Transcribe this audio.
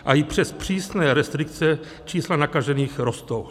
A i přes přísné restrikce čísla nakažených rostou.